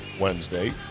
Wednesday